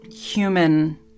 human